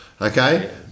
Okay